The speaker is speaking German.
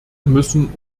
müssen